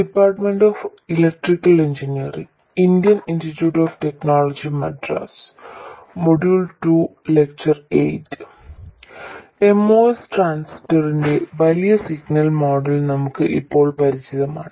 MOS ട്രാൻസിസ്റ്ററിന്റെ വലിയ signal model നമുക്ക് ഇപ്പോൾ പരിചിതമാണ്